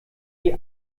die